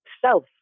self